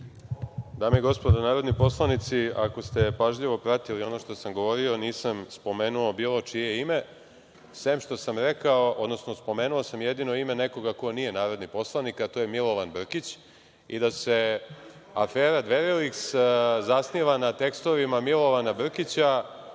Dame i gospodo narodni poslanici, ako ste pažljivo pratili ono što sam govorio, nisam spomenuo bilo čije ime, sem što sam spomenuo jedino ime nekoga ko nije narodni poslanik, a to je Milovan Brkić i da se afera Dveriliks zasniva na tekstovima Milovana Brkića